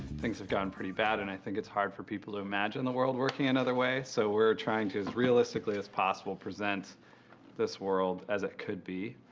things have gotten pretty bad, and i think it's hard for people to imagine the world working another way. so we're trying to, as realistically as possible, present this world as it could be.